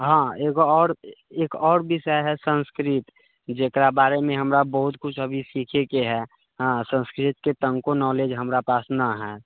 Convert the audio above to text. हाँ एगो आओर एक आओर विषय हइ संस्कृत जकरा बारेमे हमरा बहुत किछु अभी सिखैके हइ हाँ संस्कृतके तनिको नौलेज हमरा पास नहि हइ